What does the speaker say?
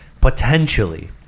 potentially